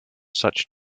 such